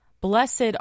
Blessed